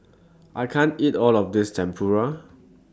I can't eat All of This Tempura